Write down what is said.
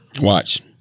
Watch